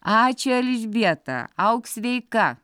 ačiū elžbieta auk sveika